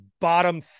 bottom